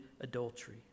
adultery